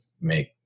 make